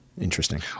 Interesting